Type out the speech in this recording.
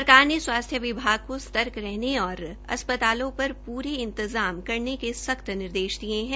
सरकार ने स्वास्थ्य विभागको सर्तक रहने और अस्पतालों पर पूरे इंतजाम करने के सख्त निर्देश दिये है